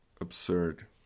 absurd